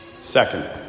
Second